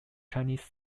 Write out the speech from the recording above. chinese